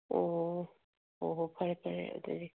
ꯑꯣ ꯑꯣꯍꯣ ꯐꯔꯦ ꯐꯔꯦ ꯑꯗꯨꯗꯤ